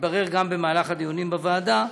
התברר גם במהלך הדיונים בוועדה,